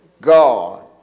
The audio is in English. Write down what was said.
God